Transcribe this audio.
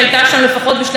לה היו שני ילדים,